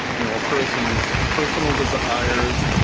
you know, a person's personal desires?